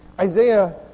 Isaiah